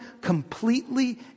completely